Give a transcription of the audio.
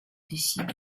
décident